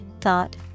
thought